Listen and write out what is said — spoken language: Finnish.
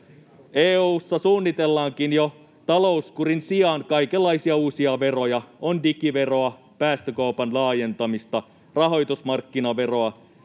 EU:ssa suunnitellaankin jo talouskurin sijaan kaikenlaisia uusia veroja: on digiveroa, päästökaupan laajentamista, rahoitusmarkkinaveroa